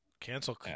Cancel